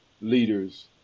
leaders